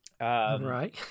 right